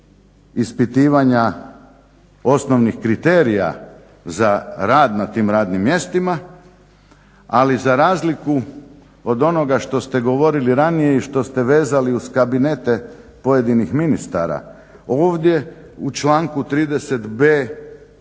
ispitivanja osnovnih kriterija za rad na tim radnim mjestima, ali za razliku od onoga što ste govorili ranije i što ste vezali uz kabinete pojedinih ministara ovdje u članku 30.b